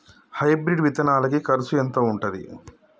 Hybrid విత్తనాలకి కరుసు ఎంత ఉంటది?